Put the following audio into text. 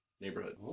neighborhood